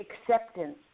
acceptance